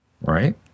right